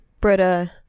Britta